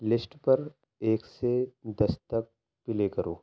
list پر ایک سے دس تک پلے کرو